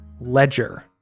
ledger